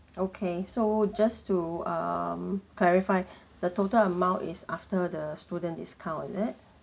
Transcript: okay so just to um clarify the total amount is after the student discount is it